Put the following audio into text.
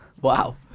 wow